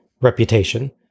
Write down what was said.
reputation